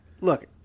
look